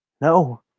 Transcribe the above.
No